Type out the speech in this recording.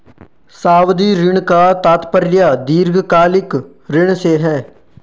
सावधि ऋण का तात्पर्य दीर्घकालिक ऋण से है